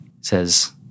says